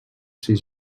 sis